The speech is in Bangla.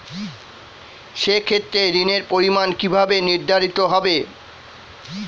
সে ক্ষেত্রে ঋণের পরিমাণ কিভাবে নির্ধারিত হবে?